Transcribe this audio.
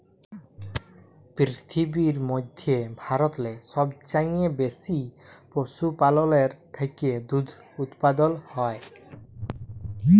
পিরথিবীর ম্যধে ভারতেল্লে সবচাঁয়ে বেশি পশুপাললের থ্যাকে দুহুদ উৎপাদল হ্যয়